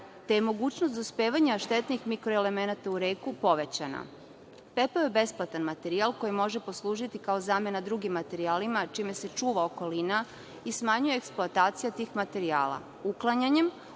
te je mogućnost dospevanja štetnih mikroelemenata u reku povećana. Pepeo je besplatan materijal koji može poslužiti kao zamena drugim materijalima, čime se čuva okolina i smanjuje eksploatacija tih materijala. Uklanjanjem,